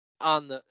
on